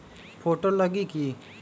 Photo लगी कि?